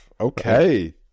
Okay